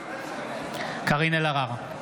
קארין אלהרר,